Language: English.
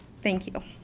thank you.